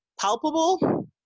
palpable